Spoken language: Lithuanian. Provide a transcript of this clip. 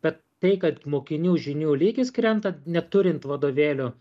bet tai kad mokinių žinių lygis krenta neturint vadovėlių